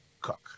cook